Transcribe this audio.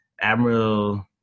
Admiral